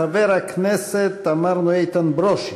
חבר הכנסת איתן ברושי,